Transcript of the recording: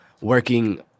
working